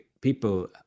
people